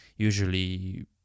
usually